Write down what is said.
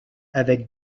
avec